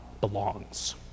belongs